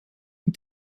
und